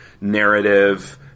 narrative